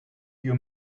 you